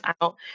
out